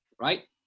right